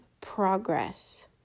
progress